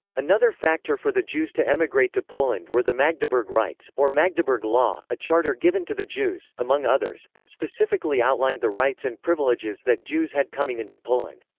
another factor for the jews to emigrate to poland were the magdeburg rights, or magdeburg law, a charter given to the jews, among others, that specifically outlined the rights and privileges that jews had coming into poland.